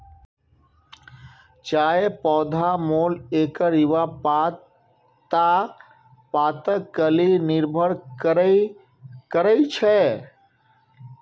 चायक पौधाक मोल एकर युवा पात आ पातक कली पर निर्भर करै छै